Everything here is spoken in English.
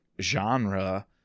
genre